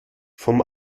vom